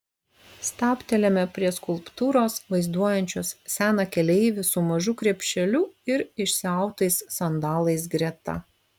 stabtelime prie skulptūros vaizduojančios seną keleivį su mažu krepšeliu ir išsiautais sandalais greta